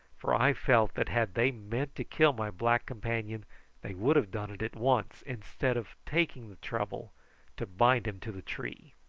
for i felt that had they meant to kill my black companion they would have done it at once instead of taking the trouble to bind him to the tree.